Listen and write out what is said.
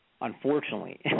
Unfortunately